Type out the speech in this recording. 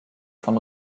von